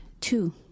two